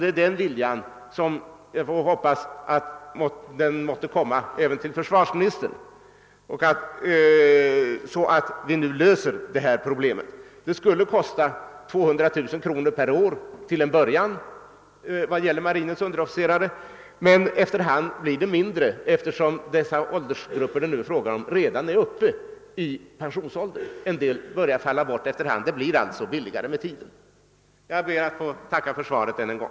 Det är den viljan som jag hoppas måtte visa sig även hos försvarsministern, så att man löser detta problem. Det skulle till en början kosta 200 000 kr. per år vad gäller marinens underofficerare, men efter hand blir kostnaderna lägre, eftersom de åldersgrupper som det är fråga om redan närmar sig pensionsåldern och undan för undan faller bort. Det blir alltså billigare med tiden. Herr talman! Jag ber att få tacka för svaret än en gång.